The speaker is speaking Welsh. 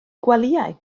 gwelyau